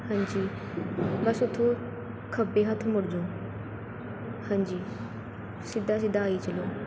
ਹਾਂਜੀ ਬਸ ਉੱਥੋਂ ਖੱਬੇ ਹੱਥ ਮੁੜ ਜਾਓ ਹਾਂਜੀ ਸਿੱਧਾ ਸਿੱਧਾ ਆਈ ਚੱਲੋ